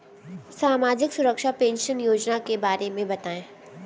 सामाजिक सुरक्षा पेंशन योजना के बारे में बताएँ?